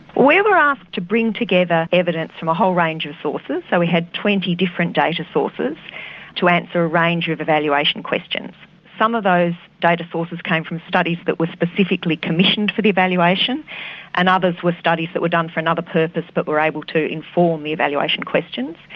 we and were asked to bring together evidence from a whole range of sources so we had twenty different data sources to answer a range of evaluation questions. some of those data sources came from studies that were specifically commissioned for the evaluation and others were studies that were done for another purpose but were able to inform the evaluation questions.